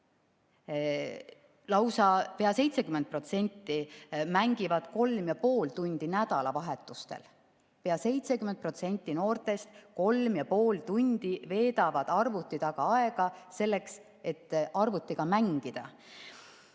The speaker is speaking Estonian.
Lausa peaaegu 70% mängib kolm ja pool tundi nädalavahetustel. Pea 70% noortest veedab kolm ja pool tundi arvuti taga aega selleks, et arvutiga mängida.